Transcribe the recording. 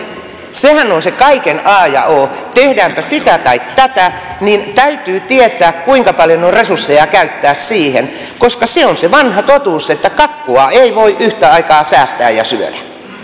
sehän on se kaiken a ja o tehdäänpä sitä tai tätä niin täytyy tietää kuinka paljon on resursseja käyttää siihen koska se on se vanha totuus että kakkua ei voi yhtä aikaa säästää ja syödä